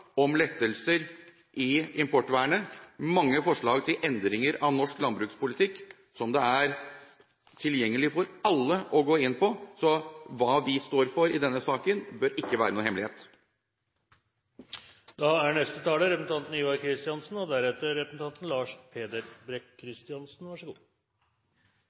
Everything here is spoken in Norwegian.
om lettelser i importvernet og mange forslag til endringer av norsk landbrukspolitikk, som det er tilgjengelig for alle å gå inn på. Så hva vi står for i denne saken, bør ikke være noen hemmelighet.